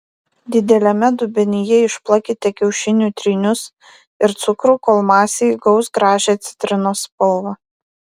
dideliame dubenyje išplakite kiaušinių trynius ir cukrų kol masė įgaus gražią citrinos spalvą